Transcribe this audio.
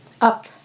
up